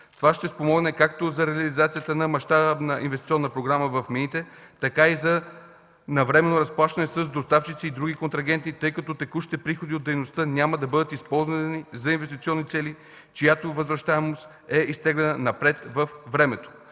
Това ще спомогне както за реализацията на мащабна инвестиционна програма в мините, така и за навременно разплащане с доставчици и други контрагенти, тъй като текущите приходи от дейността няма да бъдат използвани за инвестиционни цели, чиято възвращаемост е изтеглена напред във времето.